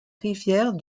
rivière